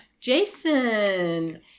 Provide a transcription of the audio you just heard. Jason